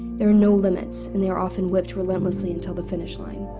there are no limits and they are often whipped relentlessly until the finish line.